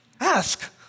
Ask